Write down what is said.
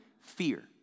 fear